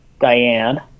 Diane